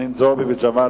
חנין זועבי וג'מאל